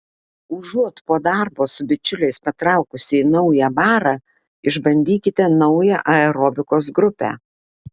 užuot po darbo su bičiuliais patraukusi į naują barą išbandykite naują aerobikos grupę